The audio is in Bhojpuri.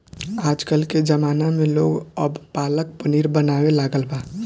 आजकल के ज़माना में लोग अब पालक पनीर बनावे लागल बा